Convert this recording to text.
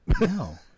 No